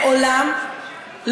מעולם,